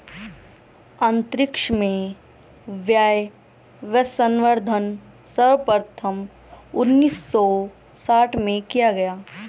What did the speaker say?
अंतरिक्ष में वायवसंवर्धन सर्वप्रथम उन्नीस सौ साठ में किया गया